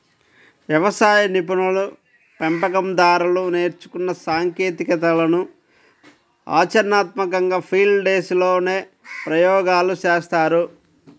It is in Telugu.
వ్యవసాయ నిపుణులు, పెంపకం దారులు నేర్చుకున్న సాంకేతికతలను ఆచరణాత్మకంగా ఫీల్డ్ డేస్ లోనే ప్రయోగాలు చేస్తారు